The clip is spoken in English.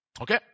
Okay